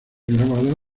grabada